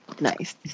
Nice